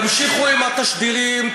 תמשיכו עם התשדירים,